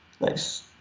nice